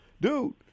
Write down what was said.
dude